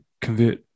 convert